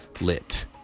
lit